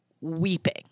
Weeping